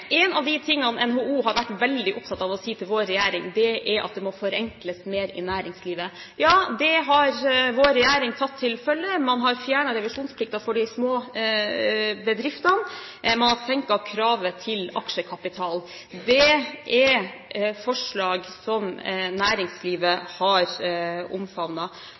En av de tingene NHO har vært veldig opptatt av å si til vår regjering, er at det må forenkles mer i næringslivet. Ja, det har vår regjering tatt til følge. Man har fjernet revisjonsplikten for de små bedriftene. Man har senket kravet til aksjekapital. Det er forslag som næringslivet har